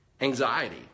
anxiety